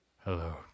Hello